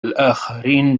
الآخرين